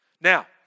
Now